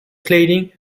cladding